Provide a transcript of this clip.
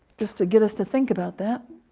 just to get us to think about that.